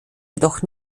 jedoch